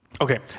Okay